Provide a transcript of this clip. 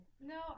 no